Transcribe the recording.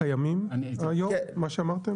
לקיימים היום, מה שאמרת?